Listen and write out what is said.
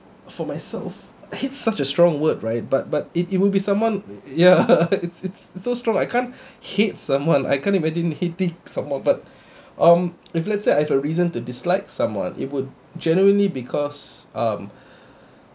for myself hate's such a strong word right but but it would be someone ya it's it's so strong I can't hate someone I can't imagine hating someone but um if let's say I have a reason to dislike someone it would genuinely because um